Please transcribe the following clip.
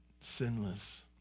sinless